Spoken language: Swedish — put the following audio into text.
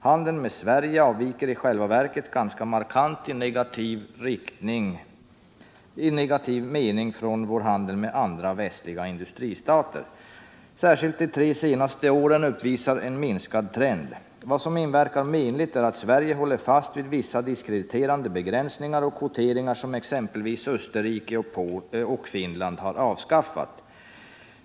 Handeln med Sverige avviker i själva verket ganska markant i negativ mening från vår handel med andra västliga industristater. Särskilt de tre senaste åren uppvisar en minskande trend. Vad som inverkar menligt är att Sverige håller fasi vid vissa diskrediterande begränsningar och kvoteringar som exempelvis Österrike och Finland har avskaffat.